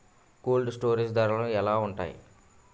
Cold storage ధరలు ఎలా ఉంటాయి?